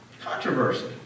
Controversy